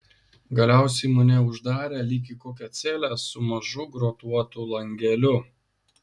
galiausiai mane uždarė lyg į kokią celę su mažu grotuotu langeliu